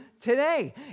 today